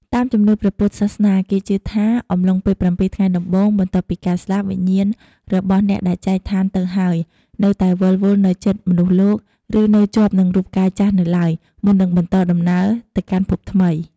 តាមជំនឿព្រះពុទ្ធសាសនា គេជឿថាអំឡុងពេល ៧ថ្ងៃដំបូង បន្ទាប់ពីការស្លាប់ វិញ្ញាណរបស់អ្នកដែលចែកឋានទៅហើយ នៅតែវិលវល់នៅជិតមនុស្សលោក ឬនៅជាប់នឹងរូបកាយចាស់នៅឡើយ មុននឹងបន្តដំណើរទៅកាន់ភពថ្មី។